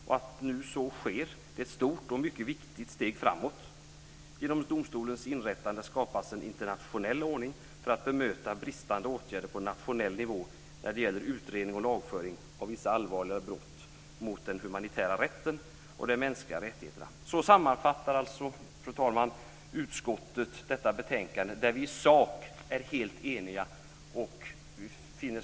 Att nu så sker är ett stort och mycket viktigt steg framåt. Genom domstolens inrättande skapas en internationell ordning för att bemöta bristande åtgärder på nationell nivå när det gäller utredning och lagföring av vissa allvarliga brott mot den humanitära rätten och de mänskliga rättigheterna. Så sammanfattar alltså, fru talman, utskottet detta betänkande, där vi i sak är helt eniga.